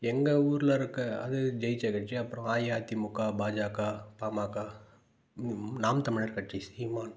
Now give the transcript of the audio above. எங்கள் ஊரில் இருக்கற அது ஜெயித்த கட்சி அப்புறம் ஆகி அதிமுக பாஜக பாமக நாம் தமிழர் கட்சி சீமான்